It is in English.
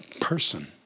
person